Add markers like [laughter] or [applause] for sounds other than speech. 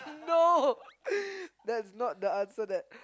no [laughs] that's not the answer that